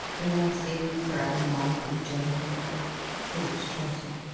bless him for a noble gentleman thought trotty.